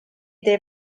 they